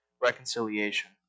reconciliation